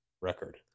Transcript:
record